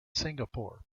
singapore